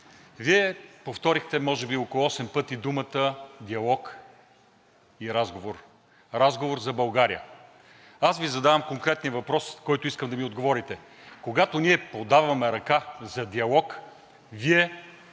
Вие повторихте може би около осем пъти думите диалог и разговор – разговор за България. Аз Ви задавам конкретния въпрос, на който искам да ми отговорите. Когато ние подаваме ръка за диалог, Вие